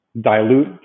dilute